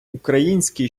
український